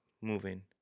moving